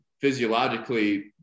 physiologically